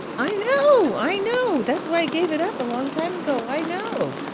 i know. i know. that's why i gave it up a long time ago. i know.